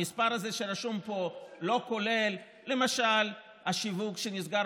המספר שרשום פה לא כולל למשל את השיווק שנסגר